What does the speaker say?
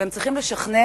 והן צריכות לשכנע,